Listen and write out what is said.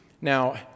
Now